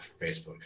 Facebook